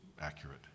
accurate